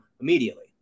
immediately